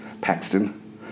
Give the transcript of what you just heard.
Paxton